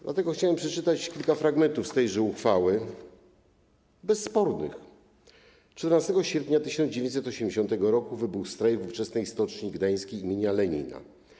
Dlatego chciałem przeczytać kilka fragmentów z tejże uchwały - bezspornych: 14 sierpnia 1980 r. wybuchł strajk w ówczesnej Stoczni Gdańskiej im. Lenina.